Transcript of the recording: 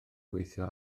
gweithio